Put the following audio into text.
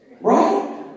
Right